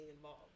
involved